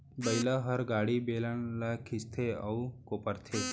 बइला हर गाड़ी, बेलन ल खींचथे अउ कोपरथे